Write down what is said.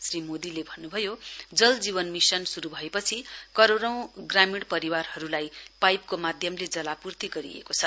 श्री मोदीले भन्न्भयो जल जीवन मिशन श्रु भएपछि करौडौं ग्रामीण परिवारहरुलाई पाइपको माध्यमले जलापूर्ति गरिएको छ